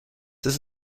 this